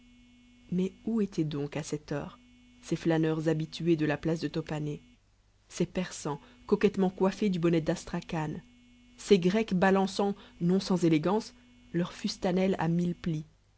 mais où étaient donc à cette heure ces flâneurs habitués de la place de top hané ces persans coquettement coiffés du bonnet d'astracan ces grecs balançant non sans élégance leur fustanelle à mille plis